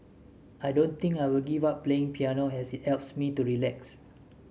I don't think I will give up playing piano as it helps me to relax